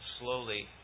slowly